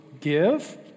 give